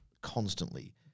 constantly